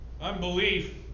unbelief